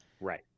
right